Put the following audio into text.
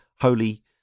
holy